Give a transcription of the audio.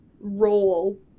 role